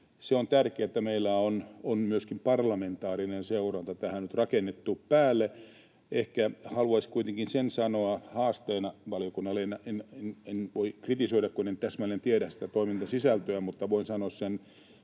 On tärkeää, että meillä on myöskin parlamentaarinen seuranta tähän nyt rakennettu päälle. Ehkä haluaisin kuitenkin sen sanoa haasteena valiokunnalle — en voi kritisoida, kun en täsmälleen tiedä sitä toimintasisältöä, mutta voin sanoa sen